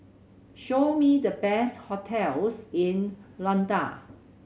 show me the best hotels in Luanda